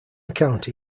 county